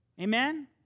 Amen